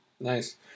Nice